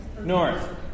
North